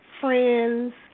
friends